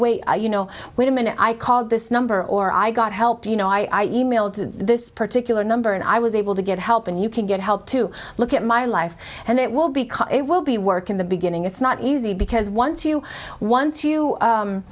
wait you know wait a minute i called this number or i got help you know i e mailed this particular number and i was able to get help and you can get help to look at my life and it will be it will be work in the beginning it's not easy because once you once you